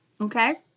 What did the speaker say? Okay